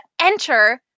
enter